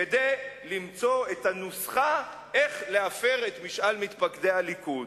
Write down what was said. כדי למצוא את הנוסחה איך להפר את משאל מתפקדי הליכוד.